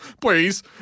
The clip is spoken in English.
please